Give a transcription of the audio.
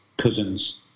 cousins